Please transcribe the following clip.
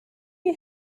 you